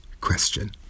question